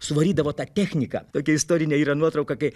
suvarydavo tą techniką tokia istorinė yra nuotrauka kai